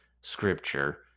scripture